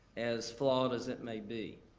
as flawed as it may be.